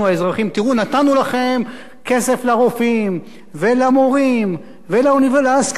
נתנו לכם כסף לרופאים ולמורים ולהשכלה הגבוהה,